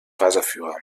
reiseführer